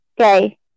okay